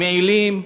מעילים,